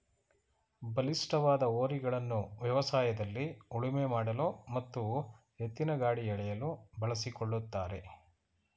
ಬಲಿಷ್ಠವಾದ ಹೋರಿಗಳನ್ನು ವ್ಯವಸಾಯದಲ್ಲಿ ಉಳುಮೆ ಮಾಡಲು ಮತ್ತು ಎತ್ತಿನಗಾಡಿ ಎಳೆಯಲು ಬಳಸಿಕೊಳ್ಳುತ್ತಾರೆ